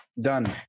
done